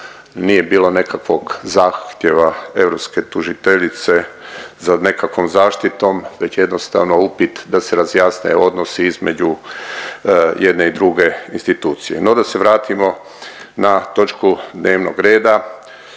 nije bilo nekakvog zahtjeva europske tužiteljice za nekakvom zaštitom već jednostavno upit da se razjasne odnosi između jedne i druge institucije. No da se vratimo na točku dnevnog reda